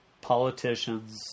Politicians